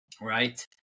right